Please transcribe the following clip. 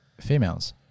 females